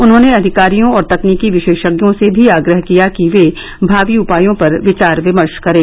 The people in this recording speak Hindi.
उन्होंने अधिकारियों और तकनीकी विशेषज्ञों से भी आग्रह किया कि वे भावी उपायों पर विचार विमर्श करें